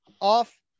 off